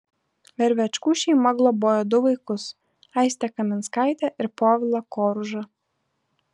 vervečkų šeima globojo du vaikus aistę kaminskaitę ir povilą koružą